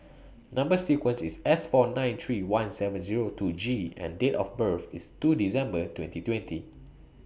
Number sequence IS S four nine three one seven Zero two G and Date of birth IS two December twenty twenty